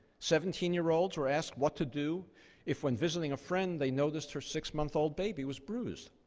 seventeen year olds were asked what to do if, when visiting a friend, they noticed her six-month-old baby was bruised.